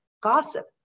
gossip